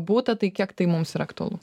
būta tai kiek tai mums yra aktualu